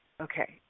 Okay